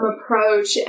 approach